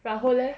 然后 leh